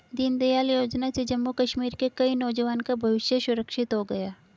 दीनदयाल योजना से जम्मू कश्मीर के कई नौजवान का भविष्य सुरक्षित हो गया